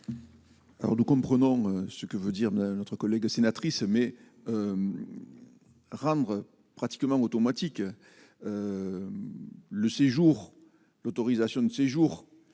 Alors nous comprenons ce que veut dire de notre collègue de sénatrice mais rendre pratiquement automatique le séjour, l'autorisation de séjour